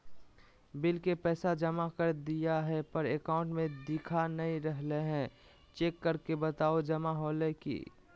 Bill के पैसा जमा कर देलियाय है पर अकाउंट में देखा नय रहले है, चेक करके बताहो जमा होले है?